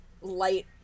light